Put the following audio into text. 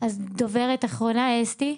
דוברת אחרונה, אסתי.